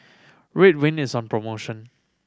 Ridwind is on promotion